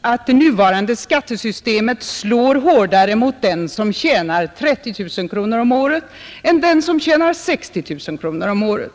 att det nuvarande skattesystemet slår hårdare mot den som tjänar 30 000 kronor om året än mot den som tjänar 60 000 kronor om året.